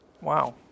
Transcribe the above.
Wow